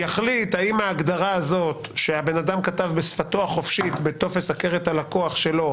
ויחליט האם ההגדרה הזו שהאדם כתב בשפתו החופשית בטופס הכר את הלקוח שלו,